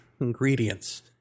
ingredients